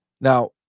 now